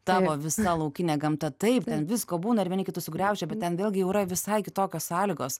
tavo visa laukinė gamta taip visko būna ir vieni kitus sugriaudžia bet ten vėlgi jau yra visai kitokios sąlygos